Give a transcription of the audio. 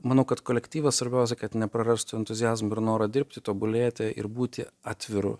manau kad kolektyvas svarbiausia kad neprarastų entuziazmo ir noro dirbti tobulėti ir būti atviru